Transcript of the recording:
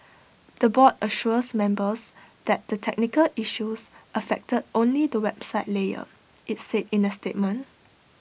the board assures members that the technical issues affected only the website layer IT said in A statement